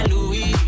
Louis